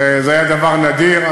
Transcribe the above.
זה היה דבר נדיר.